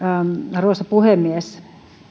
arvoisa puhemies se on